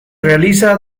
realiza